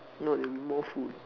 no it'll be more food